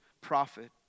prophet